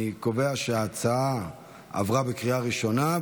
אני קובע שההצעה עברה בקריאה ראשונה,